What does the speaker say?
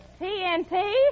TNT